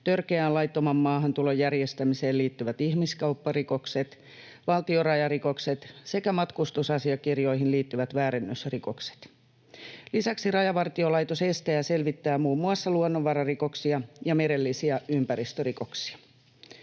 törkeän laittoman maahantulon järjestämiseen liittyvät ihmiskaupparikokset, valtionrajarikokset sekä matkustusasiakirjoihin liittyvät väärennysrikokset. Lisäksi Rajavartiolaitos estää ja selvittää muun muassa luonnonvararikoksia ja merellisiä ympäristörikoksia.